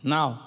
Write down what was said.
Now